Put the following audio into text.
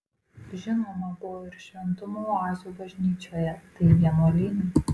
žinoma buvo ir šventumo oazių bažnyčioje tai vienuolynai